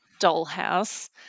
dollhouse